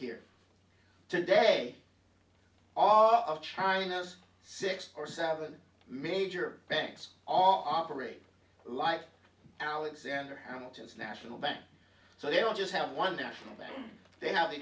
here today all of china's six or seven major banks all operate like alexander hamilton is national bank so they all just have one national that they have the